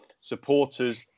supporters